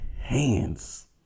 hands